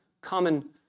common